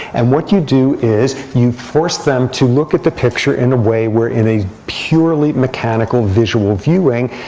and what you do is you force them to look at the picture in a way where in a purely mechanical visual viewing,